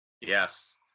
Yes